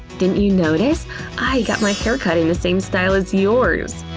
didn't you notice i got my hair cut in the same style as yours?